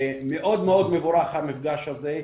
מאוד מאוד מבורך המפגש הזה,